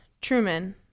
Truman